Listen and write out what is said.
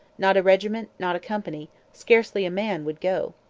not a regiment, not a company, scarcely a man, would go